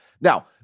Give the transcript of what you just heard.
Now